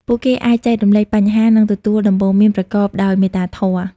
ពួកគេអាចចែករំលែកបញ្ហា និងទទួលដំបូន្មានប្រកបដោយមេត្តាធម៌។